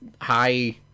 high